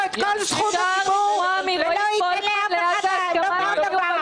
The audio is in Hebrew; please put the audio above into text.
זכות הדיבור ולא ייתן לאף אחד לומר דבר.